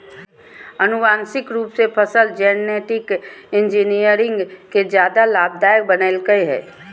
आनुवांशिक रूप से फसल जेनेटिक इंजीनियरिंग के ज्यादा लाभदायक बनैयलकय हें